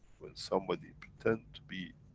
when somebody pretend to be